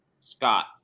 Scott